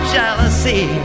Jealousy